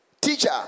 teacher